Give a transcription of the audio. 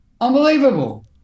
unbelievable